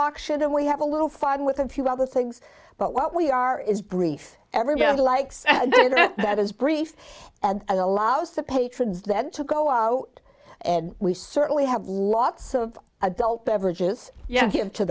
auction and we have a little fun with a few other things but what we are is brief ever get likes that is brief and allows the patrons then to go out and we certainly have lots of adult beverages yeah give to